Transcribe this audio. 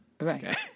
Right